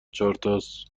چهارتاس